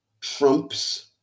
trumps